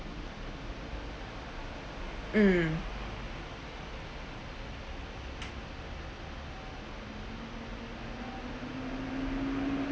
mm